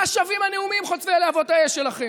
מה שווים הנאומים חוצבי הלהבות האלה שלכם?